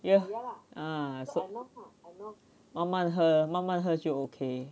ya so 慢慢喝慢慢喝就 okay